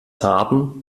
harten